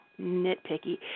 nitpicky